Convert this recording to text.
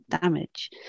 damage